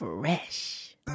fresh